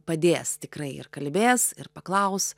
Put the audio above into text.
padės tikrai ir kalbės ir paklaus